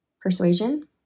persuasion